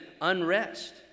unrest